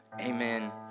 amen